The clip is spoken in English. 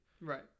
Right